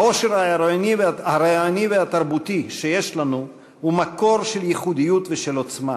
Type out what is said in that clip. העושר הרעיוני והתרבותי שיש לנו הוא מקור של ייחודיות ושל עוצמה,